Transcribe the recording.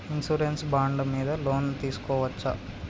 Insurance bond మీద loan తీస్కొవచ్చా?